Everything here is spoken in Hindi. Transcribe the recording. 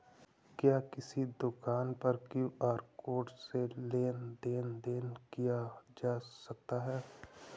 क्या किसी दुकान पर क्यू.आर कोड से लेन देन देन किया जा सकता है?